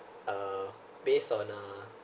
uh based on uh